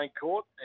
court